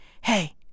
hey